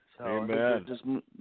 Amen